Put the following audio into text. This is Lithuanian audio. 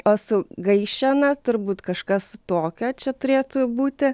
o su gaišena turbūt kažkas tokio čia turėtų būti